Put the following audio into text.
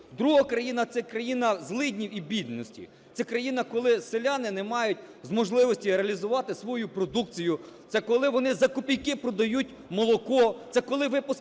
Друга Україна – це країна злиднів і бідності. Це країна, коли селяни не мають можливості реалізувати свою продукцію, це коли вони за копійки продають молоко.